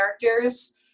characters